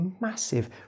massive